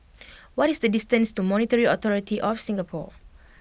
what is the distance to Monetary Authority of Singapore